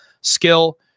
skill